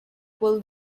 pull